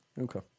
Okay